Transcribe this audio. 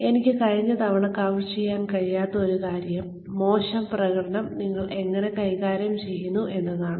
എനിക്ക് കഴിഞ്ഞ തവണ കവർ ചെയ്യാൻ കഴിയാത്ത ഒരു കാര്യം മോശം പ്രകടനം നിങ്ങൾ എങ്ങനെ കൈകാര്യം ചെയ്യുന്നു എന്നതാണ്